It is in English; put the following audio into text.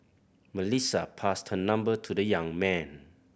Melissa passed her number to the young man